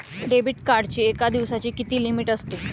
Debit कार्डची एका दिवसाची किती लिमिट असते?